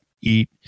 eat